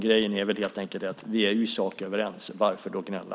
Grejen är helt enkelt att vi i sak är överens, varför då gnälla?